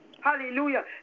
Hallelujah